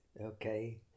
okay